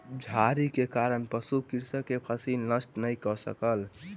झाड़ी के कारण पशु कृषक के फसिल नष्ट नै कय सकल